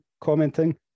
commenting